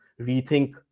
rethink